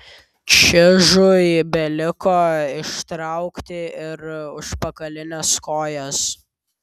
čižui beliko ištraukti ir užpakalines kojas